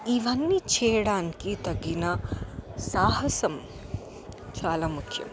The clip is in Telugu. ఇవన్నీ చేయడానికి తగిన సాహసం చాలా ముఖ్యం